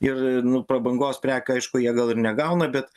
ir nu prabangos prekių aišku jie gal ir negauna bet